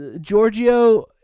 Giorgio